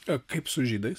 a kaip su žydais